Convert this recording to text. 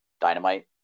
dynamite